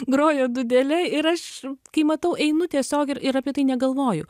grojo dūdele ir aš kai matau einu tiesiog ir ir apie tai negalvoju